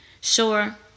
Sure